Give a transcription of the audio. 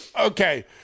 okay